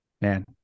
man